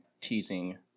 teasing